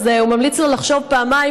אז הוא ממליץ לו לחשוב פעמיים,